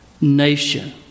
nation